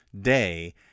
day